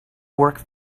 work